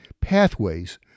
pathways